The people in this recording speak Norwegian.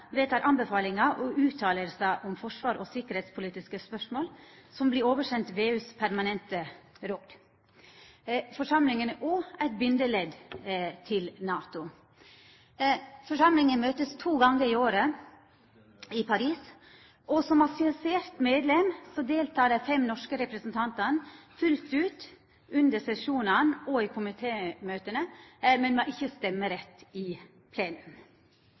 og fråsegner om forsvars- og tryggingsspørsmål som vert oversende VEUs permanente råd. Forsamlinga er òg eit bindeledd til NATO. Forsamlinga møtest to gonger i året i Paris. Som assosiert medlem deltek dei fem norske representantane fullt ut under sesjonane og i komitémøta, men har ikkje stemmerett i